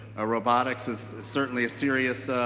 ah robotics is certainly a serious